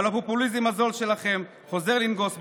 אבל הפופוליזם הזול שלכם חוזר לנגוס בכם.